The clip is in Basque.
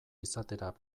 izatera